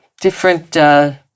different